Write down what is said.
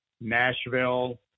Nashville